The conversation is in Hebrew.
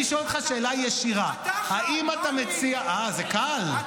אני שואל אותך שאלה ישירה: האם אתה מציע --- אתה אחראי,